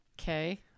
Okay